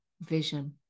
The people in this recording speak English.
vision